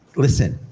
listen.